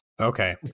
Okay